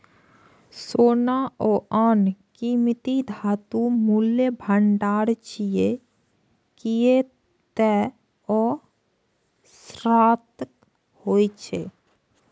सोना आ आन कीमती धातु मूल्यक भंडार छियै, कियै ते ओ शाश्वत होइ छै